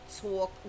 talk